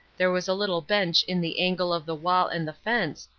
there was a little bench in the angle of the wall and the fence,